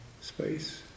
space